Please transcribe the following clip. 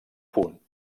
punt